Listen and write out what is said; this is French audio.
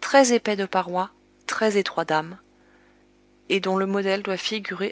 très épais de parois très étroit d'âme et dont le modèle doit figurer